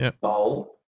Bowl